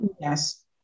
Yes